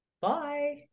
Bye